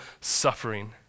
suffering